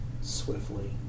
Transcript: swiftly